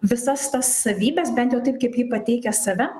visas tas savybes bent jau taip kaip ji pateikia save